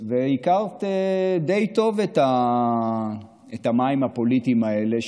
והכרת די טוב את המים הפוליטיים האלה,